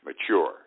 mature